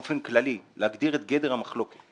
באופן כללי, להגדיר את גדר המחלוקת.